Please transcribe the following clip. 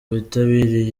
abitabiriye